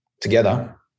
together